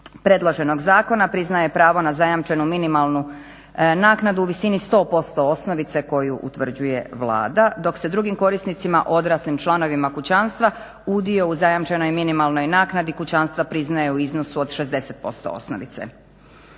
predloženog zakona priznaje pravo na zajamčenu minimalnu naknadu u visini 100% osnovice koju utvrđuje Vlada, dok se drugim korisnicima odraslim članovima kućanstva udio u zajamčenoj minimalnoj naknadi kućanstva priznaj u iznosu od 60% osnovice.